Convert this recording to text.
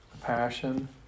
Passion